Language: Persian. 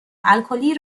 الکلی